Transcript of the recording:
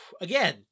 Again